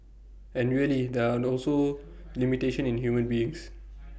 and really there are also limitation in human beings